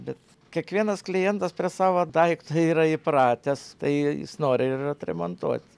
bet kiekvienas klientas prie savo daikto yra įpratęs tai jis nori ir remontuot